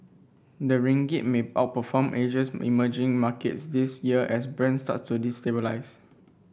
the ringgit may outperform Asia's emerging markets this year as Brent start to